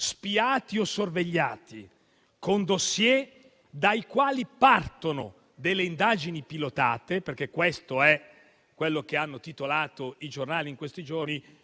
spiati o sorvegliati, con *dossier* dai quali partono delle indagini pilotate - questo è ciò che hanno titolato i giornali in questi giorni